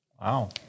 Wow